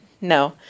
No